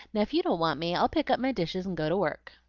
now if you don't want me i'll pick up my dishes and go to work.